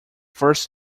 first